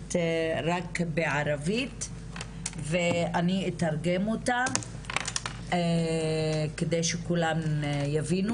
מדברת רק בערבית ואני אתרגם אותה כדי שכולם יבינו